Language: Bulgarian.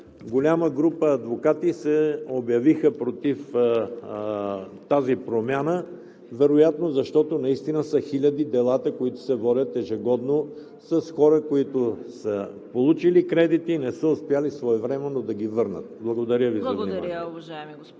голяма група адвокати се обявиха против тази промяна, вероятно, защото са хиляди делата, които се водят ежегодно с хора, които са получили кредити и не са успели своевременно да ги върнат. Благодаря Ви. ПРЕДСЕДАТЕЛ ЦВЕТА КАРАЯНЧЕВА: Благодаря Ви, уважаеми господин